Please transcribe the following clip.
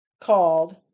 called